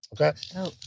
Okay